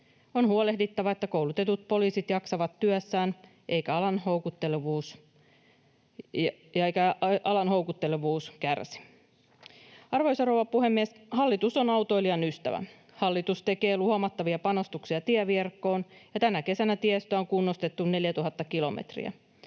On huolehdittava, että koulutetut poliisit jaksavat työssään eikä alan houkuttelevuus kärsi. Arvoisa rouva puhemies! Hallitus on autoilijan ystävä. Hallitus tekee huomattavia panostuksia tieverkkoon, ja tänä kesänä tiestöä on kunnostettu 4 000 kilometriä.